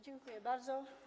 Dziękuję bardzo.